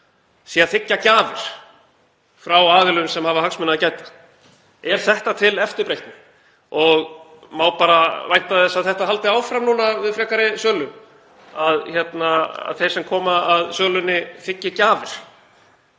sé að þiggja gjafir frá aðilum sem hafa hagsmuna að gæta? Er þetta til eftirbreytni og má bara vænta þess að þetta haldi áfram núna við frekari sölu, að þeir sem koma að sölunni þiggi gjafir?